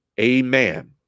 Amen